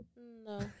No